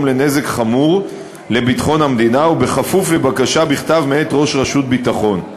נזק חמור לביטחון המדינה וכפוף לבקשה בכתב מאת ראש רשות ביטחון.